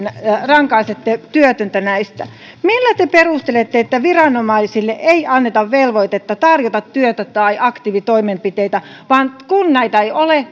rankaisette siitä työtöntä millä te perustelette että viranomaisille ei anneta velvoitetta tarjota työtä tai aktiivitoimenpiteitä ja kun näitä ei ole